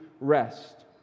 rest